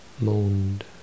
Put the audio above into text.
moaned